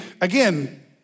again